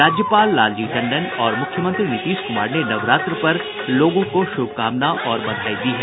राज्यपाल लालजी टंडन और मुख्यमंत्री नीतीश कुमार ने नवरात्र पर लोगों को शुभकामना और बधाई दी है